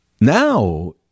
now